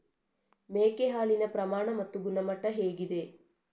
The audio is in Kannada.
ಮೇಕೆ ಹಾಲಿನ ಪ್ರಮಾಣ ಮತ್ತು ಗುಣಮಟ್ಟ ಹೇಗಿದೆ?